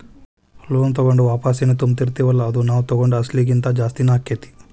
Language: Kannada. ಲೋನ್ ತಗೊಂಡು ವಾಪಸೆನ್ ತುಂಬ್ತಿರ್ತಿವಲ್ಲಾ ಅದು ನಾವ್ ತಗೊಂಡ್ ಅಸ್ಲಿಗಿಂತಾ ಜಾಸ್ತಿನ ಆಕ್ಕೇತಿ